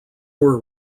were